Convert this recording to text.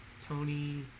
Tony